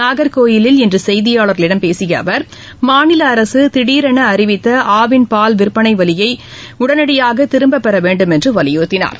நாகர்கோவிலில் இன்று செய்தியாளர்களிடம் பேசிய அவர் மாநில அரசு திடீரென அறிவித்த ஆவின் பால் விற்பனை விலையை உடனடியாக திரும்பப்பெற வேண்டுமென்று வலியுறுத்தினார்